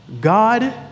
God